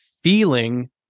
feeling